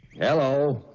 hello